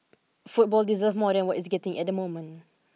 football deserve more than what it's getting at the moment